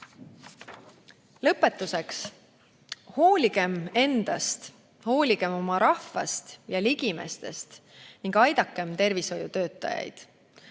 Lõpetuseks. Hooligem endast, hooligem oma rahvast ja ligimestest ning aidakem tervishoiutöötajaid!